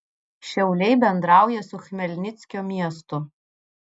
šiauliai bendrauja su chmelnickio miestu